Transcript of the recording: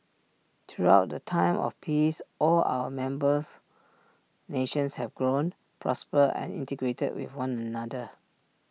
throughout the time of peace all our members nations have grown prospered and integrated with one another